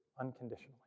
unconditionally